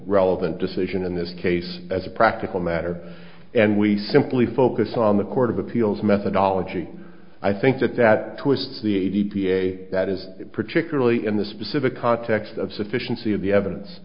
relevant decision in this case as a practical matter and we simply focus on the court of appeals methodology i think that that twists the a d p a that is particularly in the specific context of sufficiency of the evidence